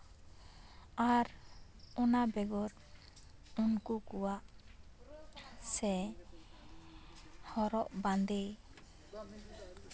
ᱟᱨ ᱚᱱᱟ ᱵᱮᱜᱚᱨ ᱩᱱᱠᱩ ᱠᱚᱣᱟᱜ ᱥᱮ ᱦᱚᱨᱚᱜ ᱵᱟᱫᱮᱸ